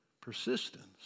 Persistence